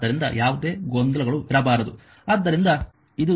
ಆದ್ದರಿಂದ ಯಾವುದೇ ಗೊಂದಲಗಳು ಇರಬಾರದು